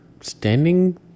standing